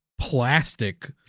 plastic